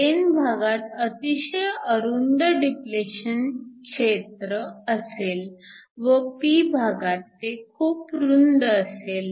n भागात अतिशय अरुंद डिप्लेशन क्षेत्र असेल व p भागात ते खूप रुंद असेल